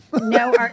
no